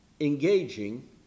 engaging